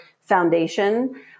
foundation